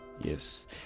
yes